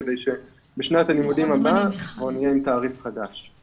כדי שבשנת הלימודים הבאה כבר נהיה עם תעריף חדש.